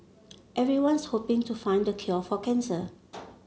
everyone's hoping to find the cure for cancer